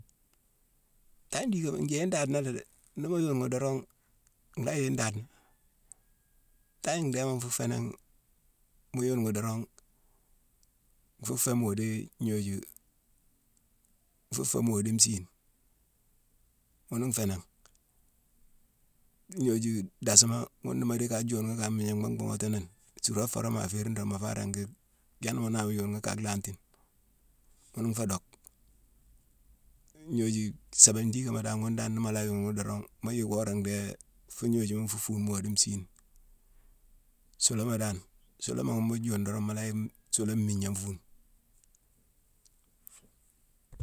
Tangne diigama njéye ndaana la dé. Ni mu yuune ghi dorong, nlhaa yéye ndaadena. tangne ndhéma nfuu fénangh, mu yuune ghi dorong, nfu fé mu dii gnoju nfu fé mu dii nsiine. Ghune nfé nangh, gnoju dasma, ghune ni mu dii ka juune ghi kamma, gnanghma mbhuughati nini, suurane forama ma féérine dorong, mu faa ringi-jaani mu naama yuube ghi kaa lhantine, ghune nfé dock. Gnoju sébégne diigama dan ghune dan ni mu laa yuune ghi dorong, mu yick wora ndhéé fuu ignoju yune nfu fuune modu nsiine. Suuluma dan. Suuluma ghune mu juune dorong, mu la yick-m-suulu mmigna nfuune.